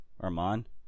Armand